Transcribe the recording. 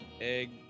Egg